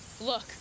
Look